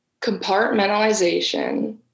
compartmentalization